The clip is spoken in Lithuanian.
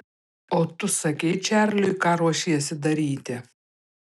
o tu sakei čarliui ką ruošiesi daryti